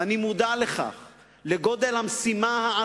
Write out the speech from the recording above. ואני מודע לגודל המשימה,